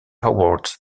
awards